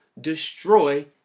destroy